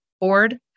board